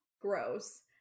gross